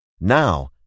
Now